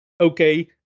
Okay